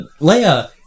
Leia